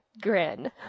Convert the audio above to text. grin